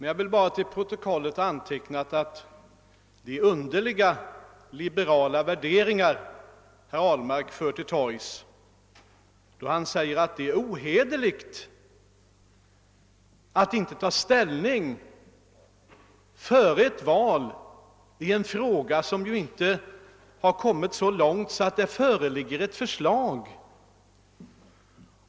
Jag vill bara till protokol let ha antecknat att det är underliga liberala värderingar herr Ahlmark för till torgs då han säger att det är ohederligt att inte ta ställning före ett val i en fråga, som inte har kommit så långt att det föreligger ett förslag.